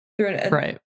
Right